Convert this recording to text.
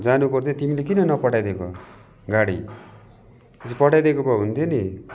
जानु पर्थ्यो तिमीले किन नपठाइदिएको गाडी पठाइदिएको भए हुन्थ्यो नि